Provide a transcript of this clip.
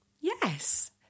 yes